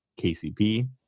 KCP